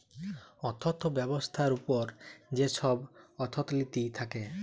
অথ্থ ব্যবস্থার উপর যে ছব অথ্থলিতি থ্যাকে